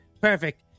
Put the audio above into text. Perfect